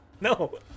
No